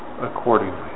accordingly